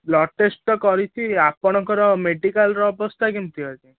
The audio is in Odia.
ବ୍ଲଡ଼୍ ଟେଷ୍ଟ ତ କରିଛି ଆପଣଙ୍କର ମେଡ଼ିକାଲ୍ର ଅବସ୍ଥା କେମିତି ଅଛି